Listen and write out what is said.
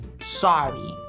Sorry